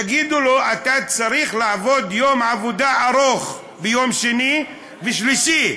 יגידו לו: אתה צריך לעבוד יום עבודה ארוך ביום שני ושלישי,